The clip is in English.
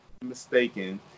mistaken